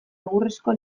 egurrezko